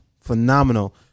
phenomenal